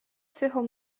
cechą